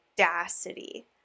audacity